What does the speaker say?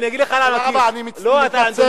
אני אגיד לך למה, תודה רבה, אני מתנצל, נא לסיים.